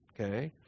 okay